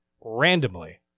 randomly